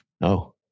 No